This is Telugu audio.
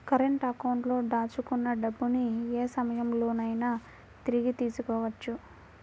కరెంట్ అకౌంట్లో దాచుకున్న డబ్బుని యే సమయంలోనైనా తిరిగి తీసుకోవచ్చు